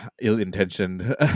ill-intentioned